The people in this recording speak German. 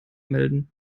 melden